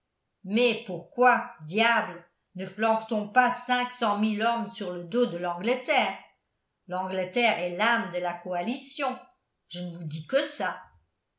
mais pourquoi diable ne flanque t on pas cinq cent mille hommes sur le dos de l'angleterre l'angleterre est l'âme de la coalition je ne vous dis que ça